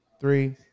Three